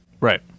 Right